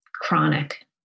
chronic